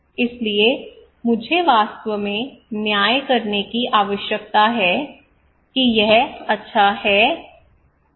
इसलिए मुझे वास्तव में न्याय करने की आवश्यकता है कि यह अच्छा है या नहीं